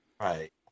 Right